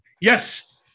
Yes